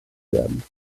werden